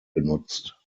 benutzt